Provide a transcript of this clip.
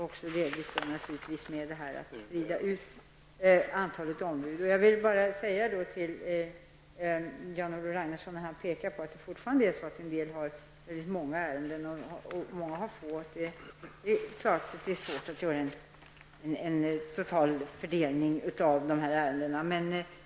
Delvis hänger det naturligtvis också samman med antalet ombud. När Jan-Olof Ragnarsson pekar på att en del fortfarande har många ärenden, medan andra har få, vill jag säga att det naturligtvis är svårt att göra en total fördelning av ärendena.